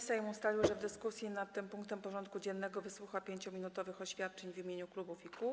Sejm ustalił, że w dyskusji nad tym punktem porządku dziennego wysłucha 5-minutowych oświadczeń w imieniu klubów i koła.